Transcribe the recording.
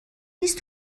نیست